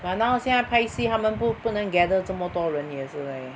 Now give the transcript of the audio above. but now 现在拍戏他们不不能 gather 这么多人也是 leh